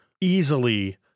easily